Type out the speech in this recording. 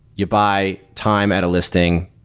you buy time at a listing,